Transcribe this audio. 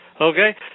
Okay